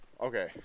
okay